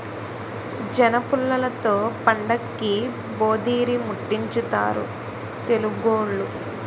జనపుల్లలతో పండక్కి భోధీరిముట్టించుతారు తెలుగోళ్లు